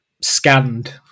scanned